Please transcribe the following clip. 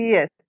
Yes